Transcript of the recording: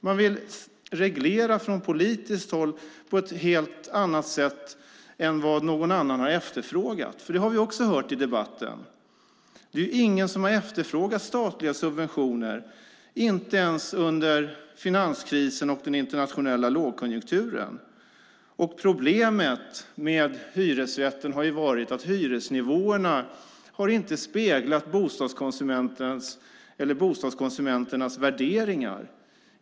Man vill reglera från politiskt håll på ett sätt som ingen annan har efterfrågat. Det har vi också hört i debatten. Det är ingen som har efterfrågat statliga subventioner, inte ens under finanskrisen och den internationella lågkonjunkturen. Problemet med hyresrätten har varit att hyresnivåerna inte har speglat bostadskonsumenternas värderingar.